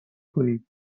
کنیم